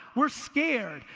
we're scared,